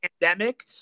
pandemic